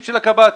של הקב"ט.